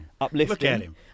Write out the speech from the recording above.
Uplifting